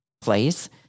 place